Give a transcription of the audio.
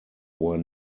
were